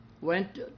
went